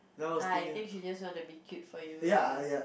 I think she just want to be cute for you lah